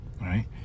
right